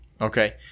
Okay